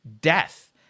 death